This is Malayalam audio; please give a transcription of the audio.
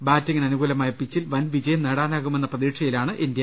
ബാറ്റിംഗിന് അനുകൂലമായ പിച്ചിൽ വൻവിജയം നേടാനാകുമെന്ന പ്രതീക്ഷയിലാണ് ഇന്ത്യ